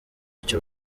icyo